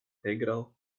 internal